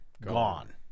gone